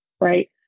right